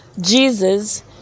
jesus